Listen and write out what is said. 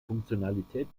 funktionalität